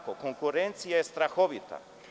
Konkurencija je strahovita.